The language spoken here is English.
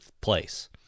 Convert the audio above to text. place